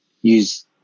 use